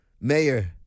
Mayor